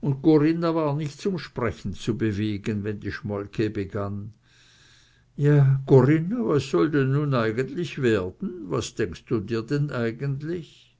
und corinna war nicht zum sprechen zu bewegen wenn die schmolke begann ja corinna was soll denn nun eigentlich werden was denkst du dir denn eigentlich